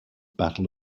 battle